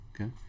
okay